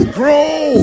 grow